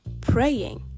praying